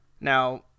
Now